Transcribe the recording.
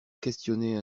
questionnait